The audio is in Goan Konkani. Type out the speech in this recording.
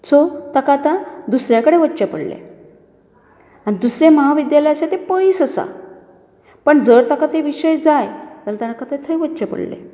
सो तेका आतां दुसरे कडेन वचचें पडलें आनी दुसरें महाविद्यालय आसा तें पयस आसा पूण जर ताका ते विशय जाय जाल्यार ताणें ताका थंय वचचें पडलें